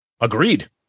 Agreed